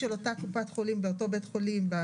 הקופות לא רוצות להשאיר את החולים בבתי חולים כלליים.